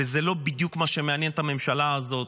וזה לא בדיוק מה שמעניין את הממשלה הזאת,